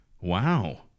Wow